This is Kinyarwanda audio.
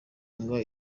usanga